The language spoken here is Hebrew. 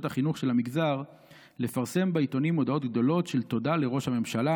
החינוך של המגזר לפרסם בעיתונים מודעות גדולות של תודה לראש הממשלה,